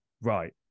right